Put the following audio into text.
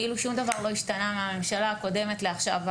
כאילו שום דבר לא השתנה מאז הממשלה הקודמת לעכשיו.